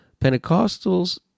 Pentecostals